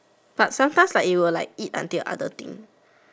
but sometimes it will like eat until other thing